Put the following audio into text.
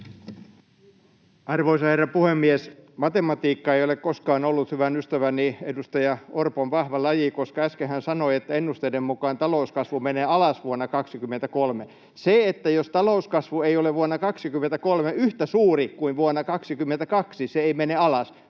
Arvoisa herra puhemies! Matematiikka ei ole koskaan ollut hyvän ystäväni, edustaja Orpon vahva laji, koska äsken hän sanoi, että ennusteiden mukaan talouskasvu menee alas vuonna 23. Jos talouskasvu ei ole vuonna 23 yhtä suuri kuin vuonna 22, se ei mene alas